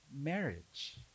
marriage